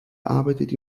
arbeitet